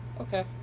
Okay